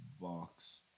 box